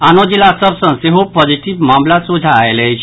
आनो जिला सभ सॅ सेहो पॉजिटिव मामिला सोझा आयल अछि